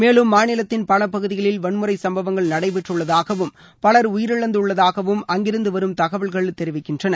மேலும் மாநிலத்தின் பல பகுதிகளில் வன்முறை சும்பவங்கள் நடைபெற்றுள்ளதாகவும் பலர் உயிரிழந்துள்ளதாகவும் அங்கிருந்து வரும் தகவல்கள் தெரிவிக்கின்றன